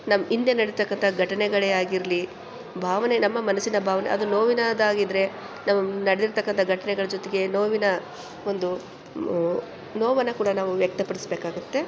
ನಮ್ಮ ಹಿಂದೆ ನಡೆತಕ್ಕಂಥ ಘಟನೆಗಳೇ ಆಗಿರಲಿ ಭಾವನೆ ನಮ್ಮ ಮನಸ್ಸಿನ ಭಾವನೆ ಅದು ನೋವಿನದ್ದಾಗಿದ್ದರೆ ನಮ್ಮ ನಡೆದಿರತಕ್ಕಂಥ ಘಟನೆಗಳ ಜೊತೆಗೆ ನೋವಿನ ಒಂದು ನೋವನ್ನು ಕೂಡ ನಾವು ವ್ಯಕ್ತಪಡಿಸಬೇಕಾಗುತ್ತೆ